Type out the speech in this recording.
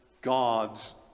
God's